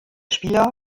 spieler